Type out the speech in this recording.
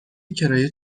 کرایه